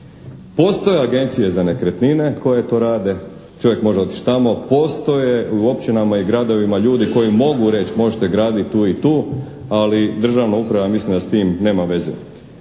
Postoje agencije za nekretnine koje to rade, čovjek može otići tamo. Postoje u općinama i gradovima ljudi koji mogu reći možete graditi tu i tu, ali državna uprava ja mislim da s tim nema veze.